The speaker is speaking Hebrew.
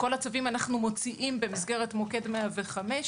כל הצווים אנחנו מוציאים במסגרת מוקד 105,